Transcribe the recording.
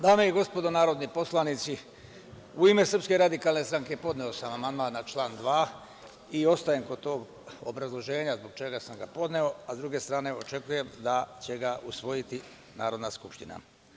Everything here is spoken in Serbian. Dame i gospodo narodni poslanici, u ime SRS podneo sam amandman na član 2. i ostajem kod tog obrazloženja zbog čega sam ga podneo, a s druge strane očekujem da će ga usvojiti Narodna skupština.